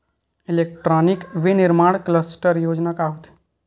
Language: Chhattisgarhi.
इलेक्ट्रॉनिक विनीर्माण क्लस्टर योजना का होथे?